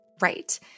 Right